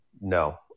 No